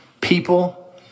people